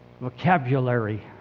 vocabulary